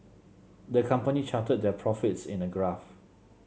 the company charted their profits in a graph